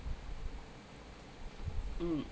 mm